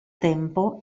tempo